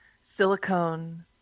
silicone